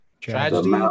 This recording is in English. Tragedy